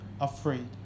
afraid